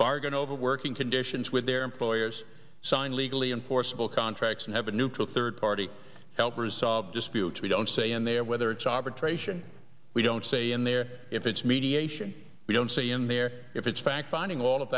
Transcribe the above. bargain over working conditions with their employers sign a legally enforceable contract and have a neutral third party help resolve disputes we don't say in there whether it's arbitration we don't say in there if it's mediation we don't say in there if it's fact finding all of